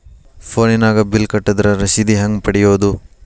ಫೋನಿನಾಗ ಬಿಲ್ ಕಟ್ಟದ್ರ ರಶೇದಿ ಹೆಂಗ್ ಪಡೆಯೋದು?